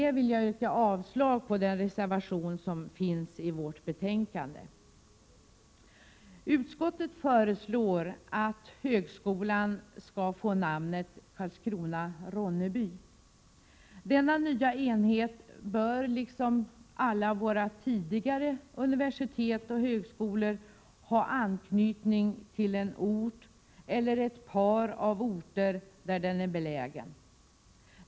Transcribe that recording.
Jag yrkar avslag på den reservation som är fogad till betänkandet. Utskottet föreslår att högskolan skall få namnet högskolan Karlskrona— Ronneby. Denna nya enhet bör, liksom alla våra andra universitet och högskolor, ha anknytning till en eller ett par av de orter som ligger i närheten av den plats där den här enheten är belägen.